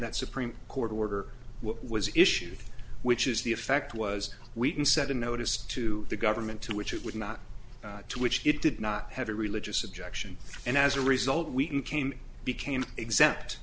that supreme court order was issued which is the effect was we can set a notice to the government to which it would not to which it did not have a religious objection and as a result we can came became exempt